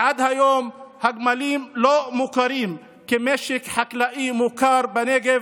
כי עד היום הגמלים לא מוכרים כמשק חקלאי מוכר בנגב.